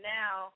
now